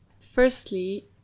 Firstly